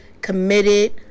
committed